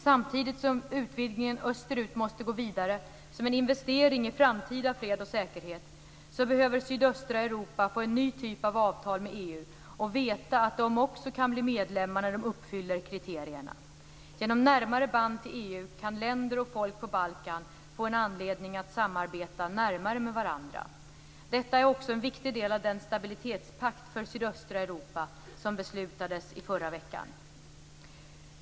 Samtidigt som utvidgningen österut måste gå vidare som en investering i framtida fred och säkerhet behöver de i sydöstra Europa få en ny typ av avtal med EU och veta att de också kan bli medlemmar när de uppfyller kriterierna. Genom närmare band till EU kan länder och folk på Balkan få en anledning att samarbeta närmare med varandra. Detta är också en viktig del av den stabilitetspakt för sydöstra Europa som beslutades i förra veckan.